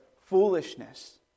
foolishness